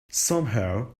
somehow